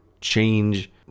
change